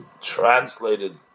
translated